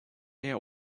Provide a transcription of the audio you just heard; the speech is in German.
eher